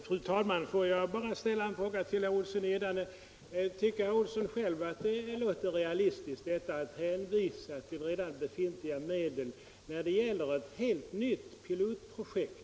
Fru talman! Får jag bara ställa en fråga till herr Olsson i Edane: Tycker herr Olsson själv att det låter realistiskt att hänvisa till redan befintliga medel, när det gäller ett helt nytt pilotprojekt?